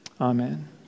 Amen